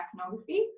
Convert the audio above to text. iconography